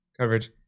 coverage